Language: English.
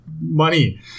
money